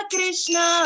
Krishna